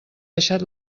deixat